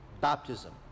baptism